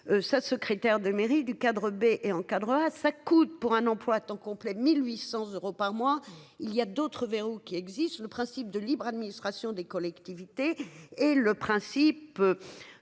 Sa secrétaire de mairie du Cadre B et encadrera ça coûte pour un emploi à temps complet, 1800 euros par mois. Il y a d'autres verrous qui existe. Le principe de libre administration des collectivités et le principe.